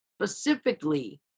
specifically